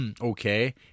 okay